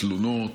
תלונות,